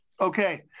Okay